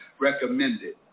recommended